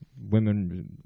women